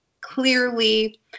clearly